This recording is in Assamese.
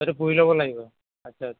সেইটো পুৰি ল'ব লাগিব আচ্ছা আচ্ছা